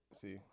see